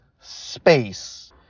space